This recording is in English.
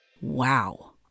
Wow